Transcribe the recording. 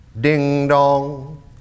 Ding-dong